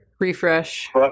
Refresh